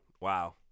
Wow